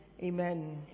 Amen